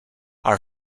are